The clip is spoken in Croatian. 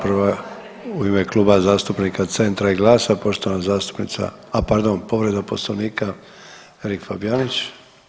Prva u ime Kluba zastupnica CENTRA i GLAS-a poštovana zastupnica, a pardon povreda Poslovnika Erik Fabijanić.